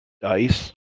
DICE